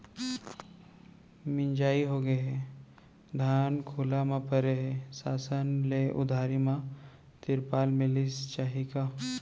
मिंजाई होगे हे, धान खुला म परे हे, शासन ले उधारी म तिरपाल मिलिस जाही का?